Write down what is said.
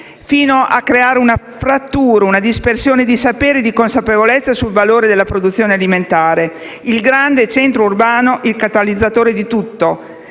fino a creare una frattura, una dispersione di saperi e di consapevolezze sul valore della produzione alimentare. Il grande centro urbano come catalizzatore di tutto.